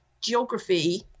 geography